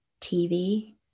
TV